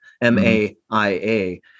M-A-I-A